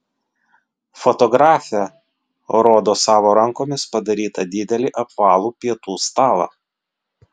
fotografė rodo savo rankomis padarytą didelį apvalų pietų stalą